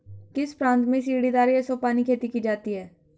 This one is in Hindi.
किस प्रांत में सीढ़ीदार या सोपानी खेती की जाती है?